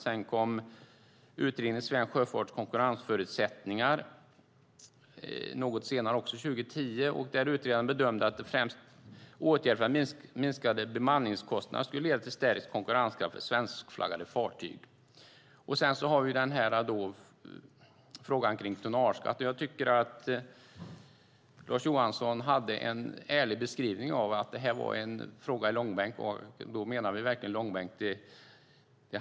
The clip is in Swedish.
Något senare, också 2010, kom utredningen Svensk sjöfarts konkurrensförutsättningar . Där bedömde utredaren att främst åtgärder för att minska bemanningskostnader skulle leda till stärkt konkurrenskraft för svenskflaggade fartyg. Sedan har vi frågan kring tonnageskatt. Jag tycker att Lars Johansson gjorde en ärlig beskrivning av att det här är en fråga i långbänk. Då menar vi verkligen långbänk.